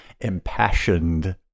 impassioned